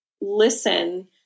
listen